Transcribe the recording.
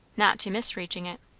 not to miss reaching it.